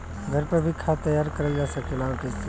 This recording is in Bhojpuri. घर पर भी खाद तैयार करल जा सकेला और कैसे?